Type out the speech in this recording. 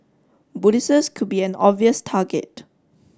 Buddhists could be an obvious target